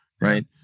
Right